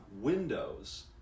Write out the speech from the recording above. windows